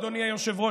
אדוני היושב-ראש,